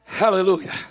Hallelujah